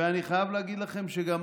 ואני חייב להגיד לכם שגם